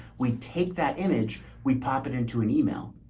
we take that image, we pop it into an email,